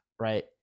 right